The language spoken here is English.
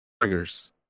triggers